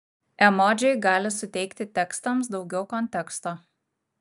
emodžiai gali suteikti tekstams daugiau konteksto